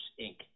Inc